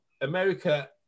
America